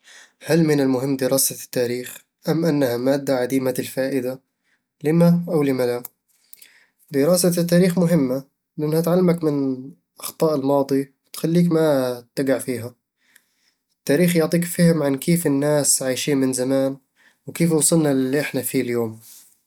هل من المهم دراسة التاريخ، أم أنها مادة عديمة الفائدة؟ لِمَ أو لِمَ لا؟ دراسة التاريخ مهمة، لأنها تعلمك من أخطاء الماضي وتخليك ما تقع فيها التاريخ يعطيك فهم عن كيف الناس عايشين من زمان وكيف وصلنا للي إحنا فيه اليوم